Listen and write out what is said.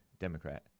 Democrat